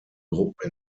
gruppen